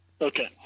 Okay